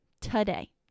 today